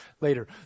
later